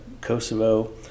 Kosovo